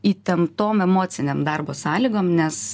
įtemptom emocinėm darbo sąlygom nes